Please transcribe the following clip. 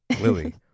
lily